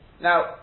Now